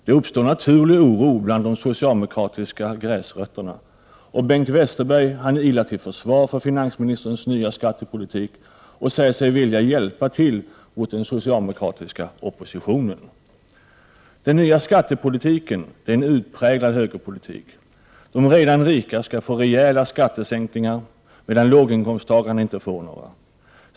Det uppstår naturlig oro bland de socialdemokratiska gräsrötterna, och Bengt Westerberg ilar till försvar för finansministerns nya skattepolitik och säger sig vilja hjälpa till mot den socialdemokratiska oppositionen. Den nya skattepolitiken är en utpräglad högerpolitik — de redan rika skall få rejäla skattesänkningen medan låginkomsttagarna inte får några.